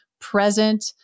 present